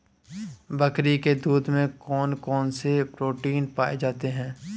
बकरी के दूध में कौन कौनसे प्रोटीन पाए जाते हैं?